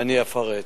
אני אפרט.